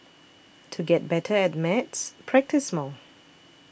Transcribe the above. to get better at maths practise more